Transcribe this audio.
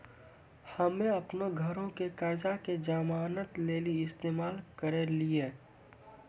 हम्मे अपनो घरो के कर्जा के जमानत लेली इस्तेमाल करि लेलियै